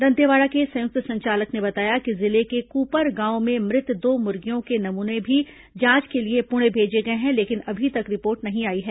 दंतेवाड़ा के संयुक्त संचालक ने बताया कि जिले के कूपर गांव में मृत दो मुर्गियों के नमूने भी जांच के लिए पुणे भेजे गए हैं लेकिन अभी तक रिपोर्ट नहीं आई है